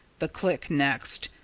the click next,